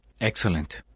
Excellent